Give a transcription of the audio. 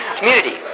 Community